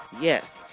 yes